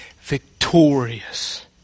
victorious